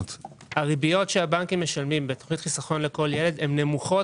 הריביות שהבנקים משלמים בתכנית חיסכון לכל ילד הן נמוכות